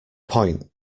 point